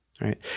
right